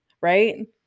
right